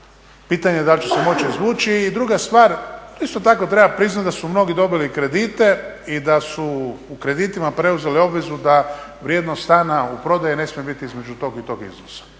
pitanje da li će se moći izvući. I druga stvar to isto tako treba priznati da su mnogi dobili kredite i da su u kreditima preuzeli obvezu da vrijednost stana u prodaji ne smije biti između tog i tog iznosa.